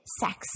sex